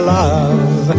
love